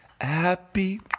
Happy